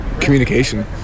communication